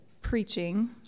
preaching